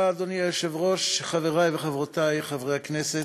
אדוני היושב-ראש, תודה, חברי וחברותי חברי הכנסת,